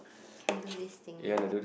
can do this thingy